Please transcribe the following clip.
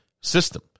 system